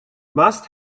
must